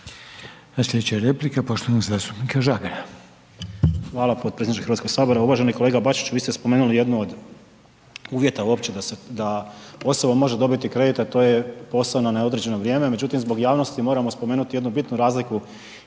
Sljedeća je replika poštovanog zastupnika Žagara.